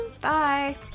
Bye